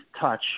touch